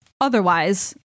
Otherwise